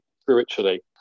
spiritually